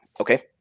okay